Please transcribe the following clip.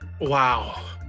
Wow